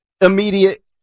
immediate